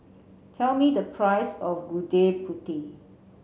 tell me the price of Gudeg Putih